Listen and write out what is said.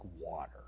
water